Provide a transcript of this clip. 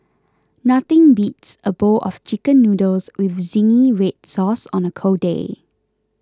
nothing beats a bowl of Chicken Noodles with Zingy Red Sauce on a cold day